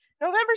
november